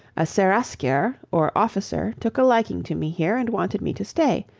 a seraskier or officer took a liking to me here, and wanted me to stay,